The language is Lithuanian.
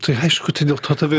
tai aišku tai dėl to tave